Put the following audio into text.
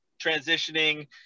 Transitioning